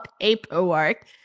paperwork